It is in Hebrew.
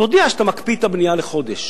תודיע שאתה מקפיא את הבנייה לחודש,